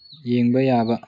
ꯌꯦꯡꯕ ꯌꯥꯕ